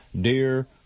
dear